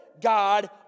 God